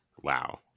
Wow